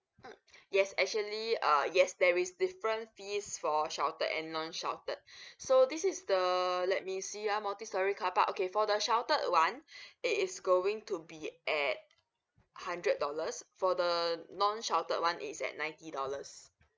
mm yes actually uh yes there is different fees for sheltered and non sheltered so this is the let me see ah multi storey car park okay for the sheltered one it is going to be at hundred dollars for the non sheltered one it is at ninety dollars